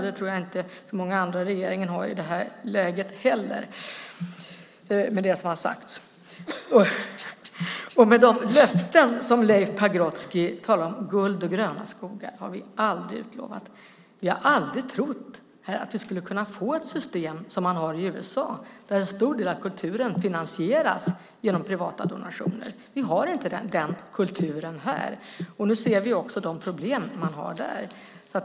Det tror jag inte att så många andra i regeringen har i det här läget heller, med det som har sagts. Beträffande de löften som Leif Pagrotsky talar om: Guld och gröna skogar har vi aldrig utlovat. Vi har aldrig trott att vi skulle kunna få ett system som man har i USA, där en stor del av kulturen finansieras genom privata donationer. Vi har inte den kulturen här. Nu ser vi också de problem som man har där.